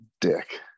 dick